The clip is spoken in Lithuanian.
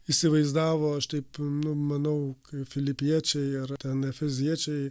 įsivaizdavo aš taip nu manau kaip filipiečiai ar ten efeziečiai